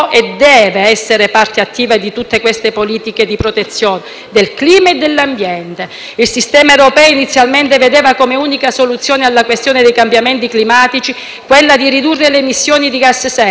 europeo inizialmente vedeva come unica soluzione alla questione dei cambiamenti climatici quella di ridurre le emissioni di gas serra, di cui anche l'agricoltura è responsabile, in misura pari al 15